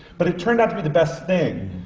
but it turned out to be the best thing,